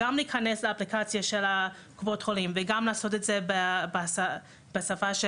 להיכנס גם לאפליקציה של קופות החולים וגם לעשות את זה בשפה העברית,